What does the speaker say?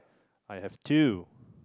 I have two